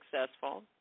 successful